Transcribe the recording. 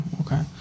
Okay